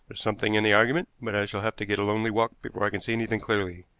there's something in the argument, but i shall have to get a lonely walk before i can see anything clearly.